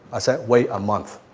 i said wait a month.